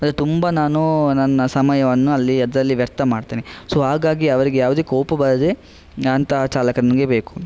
ಮತ್ತು ತುಂಬ ನಾನು ನನ್ನ ಸಮಯವನ್ನು ಅಲ್ಲಿ ಅದರಲ್ಲಿ ವ್ಯರ್ಥ ಮಾಡ್ತೇನೆ ಸೊ ಹಾಗಾಗಿ ಅವರಿಗೆ ಯಾವುದೇ ಕೋಪ ಬರದೇ ಅಂಥ ಚಾಲಕ ನನಗೆ ಬೇಕು